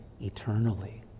eternally